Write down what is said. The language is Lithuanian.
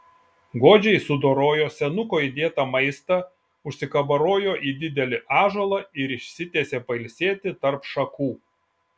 godžiai sudorojo senuko įdėtą maistą užsikabarojo į didelį ąžuolą ir išsitiesė pailsėti tarp šakų